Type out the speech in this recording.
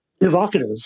evocative